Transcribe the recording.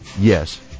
Yes